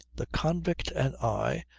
the convict, and i,